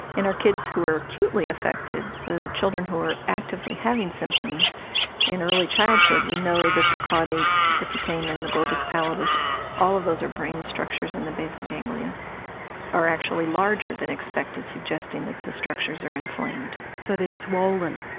in our kids who were acutely affected the children who were actively having symptoms in early childhood, we know that the caudate, the putamen and the globus pallidus all of those are brain structures in the basal ganglia are actually larger than expected, suggesting that the structures are inflamed. so they're swollen?